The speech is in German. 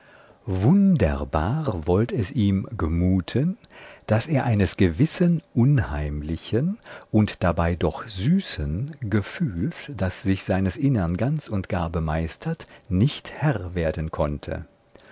wunderbar wollt es ihm gemuten daß er eines gewissen unheimlichen und dabei doch süßen gefühls das sich seines innern ganz und gar bemeistert nicht herr werden konnte